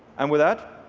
and with that,